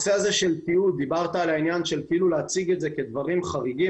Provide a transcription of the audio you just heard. דיברת על כך שהציגו את זה כדברים חריגים,